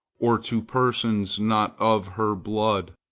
or to persons not of her blood.